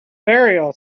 burial